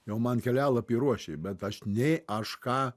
jau man kelialapį ruošė bet aš nei aš ką